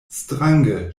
strange